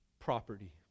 property